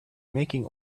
making